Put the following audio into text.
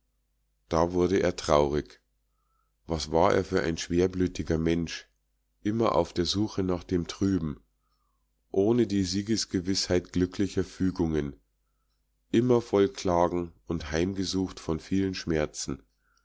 da wurde er traurig was war er für ein schwerblütiger mensch immer auf der suche nach dem trüben ohne die siegesgewißheit glücklicher fügungen immer voll klagen und heimgesucht von vielen schmerzen